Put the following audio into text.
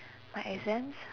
my exams